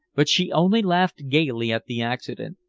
but she only laughed gayly at the accident,